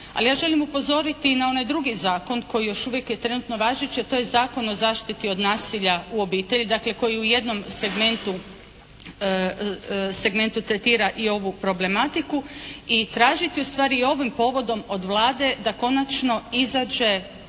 Ali ja želim upozoriti i na onaj drugi zakon koji još uvijek je trenutno važeći, a to je Zakon o zaštiti od nasilja u obitelji. Dakle koji u jednom segmentu tretira i ovu problematiku i tražiti ustvari i ovim povodom od Vlade da konačno izađe